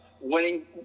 Winning